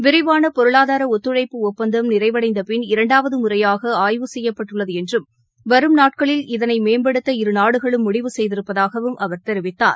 விரிவான பொருளாதார ஒத்துழைப்பு ஒப்பந்தம் நிறைவடைந்தபின் இரண்டாவது முறையாக ஆய்வு செய்யப்பட்டுள்ளது என்றும் வரும் நாட்களில் இதனை மேம்படுத்த இரு நாடுகளும் முடிவு செய்திருப்பதாகவும் அவர் தெரிவித்தார்